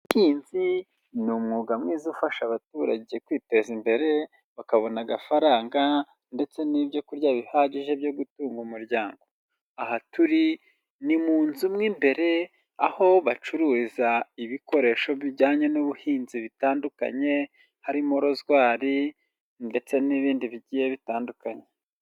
Ubuhinzi ni umwuga mwiza ufasha abaturage kwiteza imbere, bakabona agafaranga ndetse n'ibyo kurya bihagije byo gutunga umuryango, aha turi ni mu nzu mo imbere aho bacururiza ibikoresho bijyanye n'ubuhinzi bitandukanye, harimo rozwari ndetse n'ibindi bigiye bitandukanye.